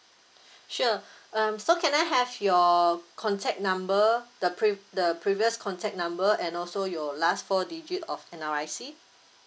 sure um so can I have your contact number the pre~ the previous contact number and also your last four digit of N_R_I_C